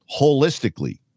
holistically